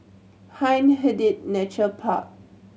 Hindhede Nature Park